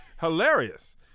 hilarious